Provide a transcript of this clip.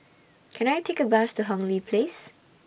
Can I Take A Bus to Hong Lee Place